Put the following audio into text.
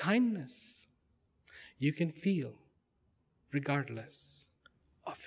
kindness you can feel regardless of